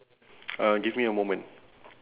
uh give me a moment